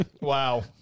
Wow